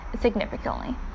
significantly